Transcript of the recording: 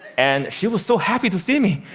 and she was so happy to see me.